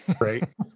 right